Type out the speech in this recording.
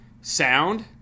sound